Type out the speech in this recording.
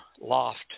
Loft